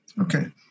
Okay